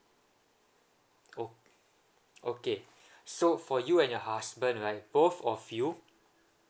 oh okay so for you and your husband right both of you